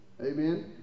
Amen